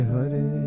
Hare